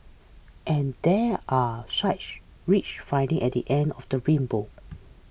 and there are rich finding at the end of the rainbow